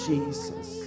Jesus